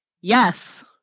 Yes